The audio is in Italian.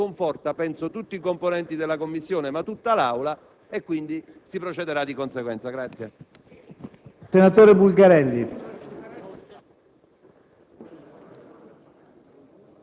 In parole povere, l'articolo prevedeva che nelle amministrazioni pubbliche non era possibile utilizzare un precedente giudicato